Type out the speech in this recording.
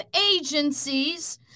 agencies